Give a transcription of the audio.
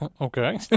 Okay